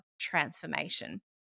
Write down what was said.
transformation